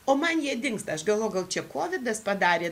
o man jie dingsta aš galvoju gal čia kovidas padarė